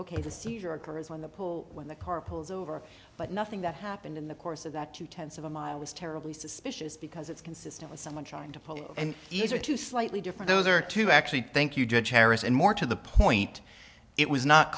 ok the seizure occurs when the pull when the car pulls over but nothing that happened in the course of that two tenths of a mile was terribly suspicious because it's consistent with someone trying to pull and these are two slightly different those are two actually i think you judge harris and more to the point it was not